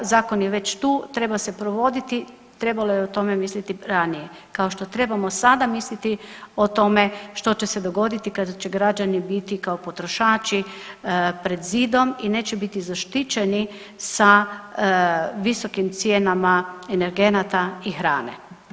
Zakon je već tu, treba se provoditi trebalo je o tome misliti ranije kao što trebamo sada misliti o tome što će se dogoditi kada će građani biti kao potrošači pred zidom i neće biti zaštićeni sa visokim cijenama energenata i hrane.